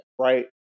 right